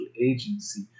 agency